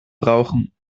brauchen